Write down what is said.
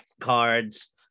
cards